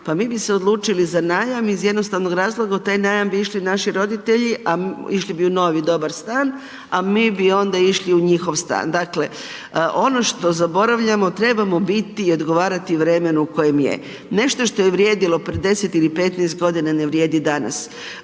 pa mi bi se odlučili za najam iz jednostavno razloga, u taj najam bi išli naši roditelji, a išli bi u novi dobar stan, a mi bi onda išli u njihov stan. Dakle, ono što zaboravljamo, trebamo biti i odgovarati vremenu u kojem je. Nešto što je vrijedilo prije 10 ili 15 godina ne vrijedi danas.